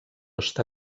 està